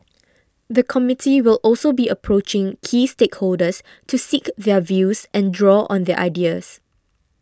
the committee will also be approaching key stakeholders to seek their views and draw on their ideas